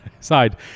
side